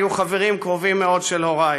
היו חברים קרובים מאוד של הורי.